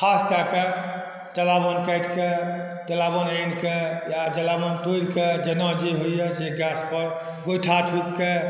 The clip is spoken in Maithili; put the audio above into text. खास कऽ कऽ जलावन काटिकऽ जलावन आनिकऽ या जलावन तोड़िकऽ जेना जे होइए से गैसपर गोइठा ठोकिकऽ